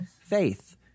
faith